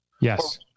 Yes